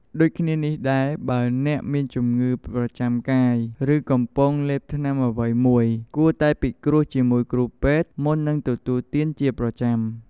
ដូចគ្នានេះដែរ បើអ្នកមានជំងឺប្រចាំកាយ ឬកំពុងលេបថ្នាំអ្វីមួយ គួរតែពិគ្រោះជាមួយគ្រូពេទ្យមុននឹងទទួលទានជាប្រចាំ។